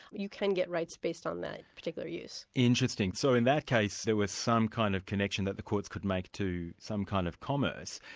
you can get rights based on that particular use. interesting. so in that case there was some kind of connection that the courts could make to some kind of commerce.